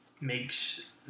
makes